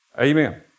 Amen